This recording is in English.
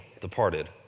departed